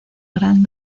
gran